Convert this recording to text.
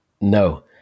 No